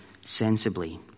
sensibly